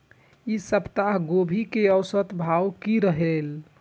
ई सप्ताह गोभी के औसत भाव की रहले?